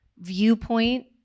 viewpoint